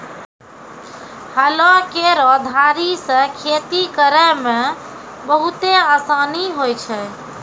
हलो केरो धारी सें खेती करै म बहुते आसानी होय छै?